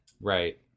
Right